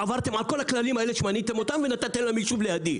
עברתם על כל הכללים האלה שמניתם אותם ונתתם להם יישוב לידי.